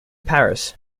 paris